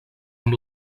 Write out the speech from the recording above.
amb